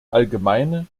allgemeine